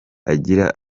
agira